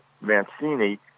Mancini